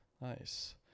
Nice